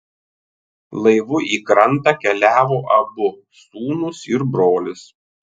laivu į krantą keliavo abu sūnūs ir brolis